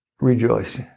Rejoice